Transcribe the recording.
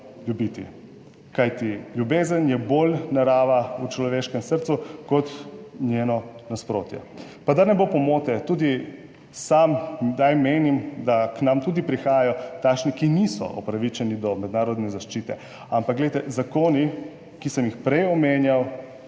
ljubiti, kajti ljubezen je bolj narava v človeškem srcu kot njeno nasprotje." Pa da ne bo pomote, tudi sam kdaj menim, da k nam tudi prihajajo takšni, ki niso upravičeni do mednarodne zaščite. Ampak, glejte, zakoni, ki sem jih prej omenjal